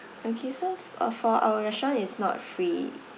okay so uh for our restaurant it's not free